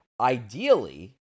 ideally